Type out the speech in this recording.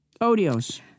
odios